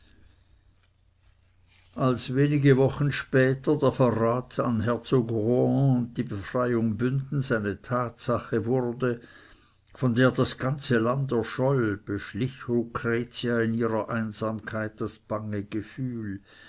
als wenige wochen später der verrat an herzog rohan und die befreiung bündens eine tatsache wurde von der das ganze land erscholl beschlich lucretia in ihrer einsamkeit das bange gefühl